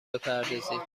بپردازید